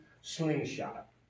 slingshot